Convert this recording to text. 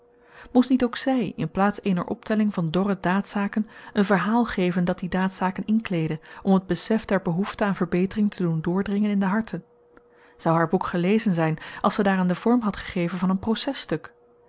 moest niet ook zy in plaats eener optelling van dorre daadzaken een verhaal geven dat die daadzaken inkleedde om t besef der behoefte aan verbetering te doen doordringen in de harten zou haar boek gelezen zyn als ze daaraan den vorm had gegeven van een